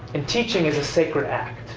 and teaching is a sacred act,